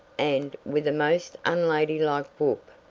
and, with a most unladylike whoop,